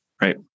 Right